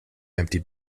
empty